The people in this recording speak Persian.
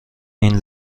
این